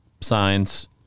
Signs